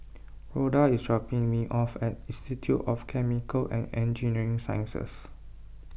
Rhoda is dropping me off at Institute of Chemical and Engineering Sciences